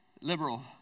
liberal